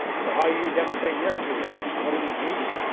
so how you demonstrate your curiosity. what are you reading?